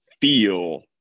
feel